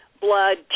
blood